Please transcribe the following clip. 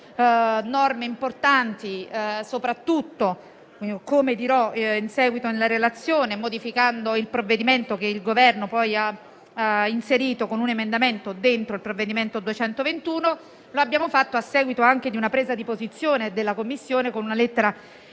abbiamo fatto inserendo norme importanti e soprattutto - come dirò in seguito nella relazione - modificando il provvedimento che il Governo poi ha inserito, con un emendamento, all'interno del decreto-legge n. 221. Lo abbiamo fatto a seguito anche di una presa di posizione della Commissione, con una lettera